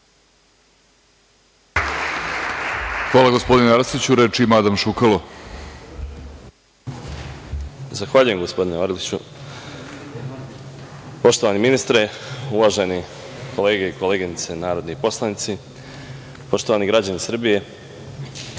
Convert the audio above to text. Hvala gospodine Arsiću. Reč ima Adam Šukalo. **Adam Šukalo** Zahvaljujem gospodine Orliću. Poštovani ministre, uvažene kolege i koleginice narodni poslanici, poštovani građani Srbije,